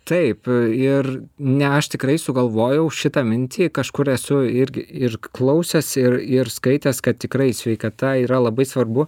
taip ir ne aš tikrai sugalvojau šitą mintį kažkur esu irgi ir klausęs ir ir skaitęs kad tikrai sveikata yra labai svarbu